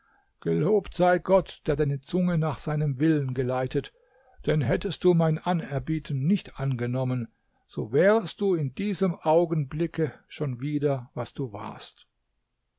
gelobt sei gott der deine zunge nach seinem willen geleitet denn hättest du mein anerbieten nicht angenommen so wärest du in diesem augenblick schon wieder was du warst